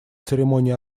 церемонии